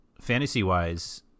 fantasy-wise